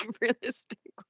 realistically